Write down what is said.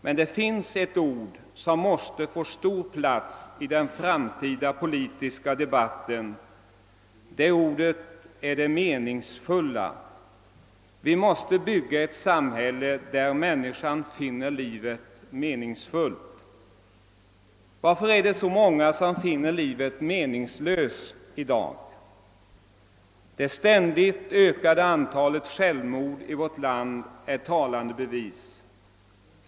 Men det finns ett annat ord som måste få stor plats i den framtida politiska debatten. Det är ordet meningsfull. Vi måste bygga ett samhälle i vilket människan finner livet meningsfullt. Varför är det så många som finner livet meningslöst i dag? Det ständigt ökade antalet självmord i vårt land är talande bevis härför.